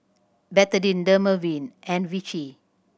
Betadine Dermaveen and Vichy